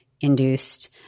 induced